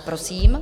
Prosím.